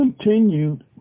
continued